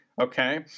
Okay